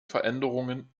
veränderungen